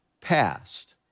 past